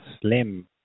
slim